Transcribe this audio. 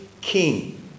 king